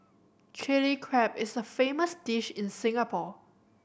Chilli Crab is a famous dish in Singapore